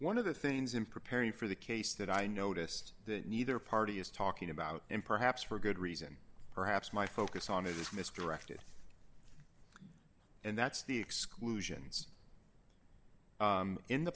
one of the things in preparing for the case that i noticed that neither party is talking about and perhaps for good reason perhaps my focus on it is misdirected and that's the exclusions in the